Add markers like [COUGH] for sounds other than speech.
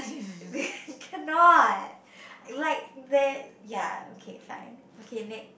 [LAUGHS] cannot like that ya okay fine okay next